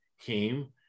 came